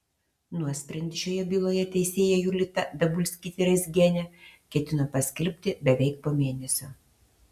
nuosprendį šioje byloje teisėja julita dabulskytė raizgienė ketina paskelbti beveik po mėnesio